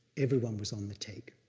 everyone was on the take,